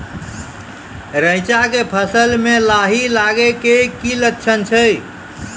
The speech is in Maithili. रैचा के फसल मे लाही लगे के की लक्छण छै?